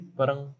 parang